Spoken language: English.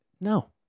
No